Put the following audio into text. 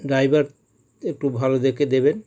driver একটু ভালো দেখে দেবেন